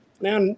now